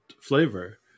flavor